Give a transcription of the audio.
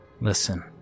Listen